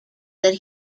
that